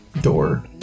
door